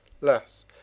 less